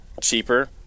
cheaper